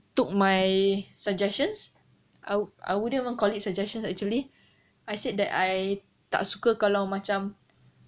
took my suggestions I I wouldn't even call it suggestions actually I said that I tak suka kalau macam